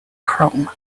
chrome